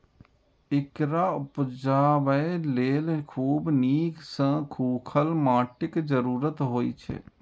एकरा उपजाबय लेल खूब नीक सं सूखल माटिक जरूरत होइ छै